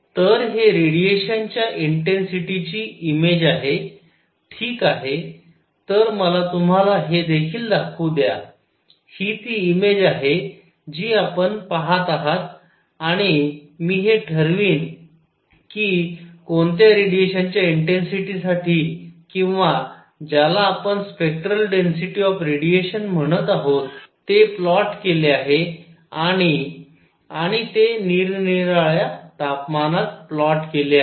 तर हे रेडिएशनच्या इंटेन्सिटी ची इमेज आहे ठीक आहे तर मला तुम्हाला हे देखील दाखवू द्या ही ती इमेज आहे जी आपण पाहत आहात आणि मी हे ठरवीन की कोणत्या रेडिएशनच्या इंटेन्सिटीसाठी किंवा ज्याला आपण स्पेक्टरल डेन्सिटी ऑफ रेडिएशन म्हणत आहोत ते प्लॉट केले आहे आणी आणि ते निरनिराळ्या तापमानात प्लॉट केले आहे